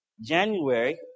January